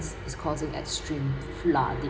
it is causing extreme flooding